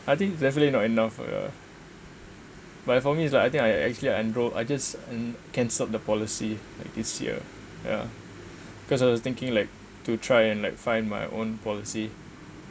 I think definitely not enough for you but for me it's like I think I actually I enroll I just and canceled the policy like this year yeah cause I was thinking like to try and like find my own policy